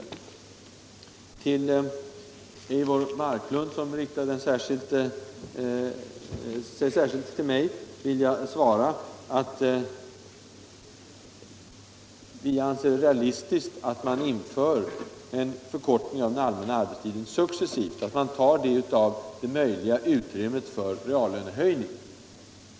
Jämställdhetsfrågor Fru Marklund, som riktade sig särskilt till mig, vill jag svara att vi — Mm.m. anser det realistiskt att man inför en förkortning av den allmänna arbetstiden successivt och att det sker inom ramen för det tillgängliga utrymmet för en reallönehöjning.